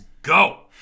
Go